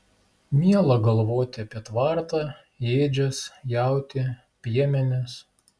miela galvoti apie tvartą ėdžias jautį piemenis